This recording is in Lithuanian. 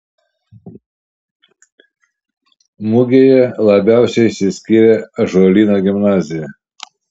mugėje labiausiai išsiskyrė ąžuolyno gimnazija